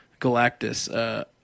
Galactus